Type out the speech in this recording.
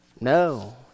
No